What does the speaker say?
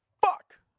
Fuck